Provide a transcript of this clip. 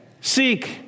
Seek